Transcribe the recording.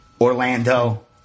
Orlando